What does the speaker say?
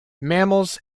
mammals